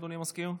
אדוני המזכיר?